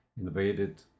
invaded